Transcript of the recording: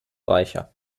reicher